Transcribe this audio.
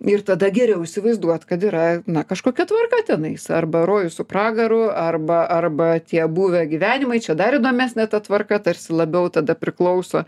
ir tada geriau įsivaizduot kad yra na kažkokia tvarka tenais arba rojus su pragaru arba arba tie buvę gyvenimai čia dar įdomesnė ta tvarka tarsi labiau tada priklauso